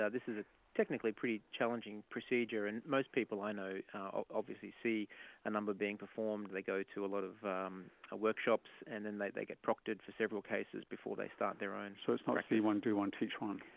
yeah this is ah technically a pretty challenging procedure, and most people i know obviously see a number being performed and they go to a lot of um ah workshops and then they they get proctored for several cases before they start their own. so it's not see one, do one, teach one'?